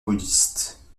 bouddhiste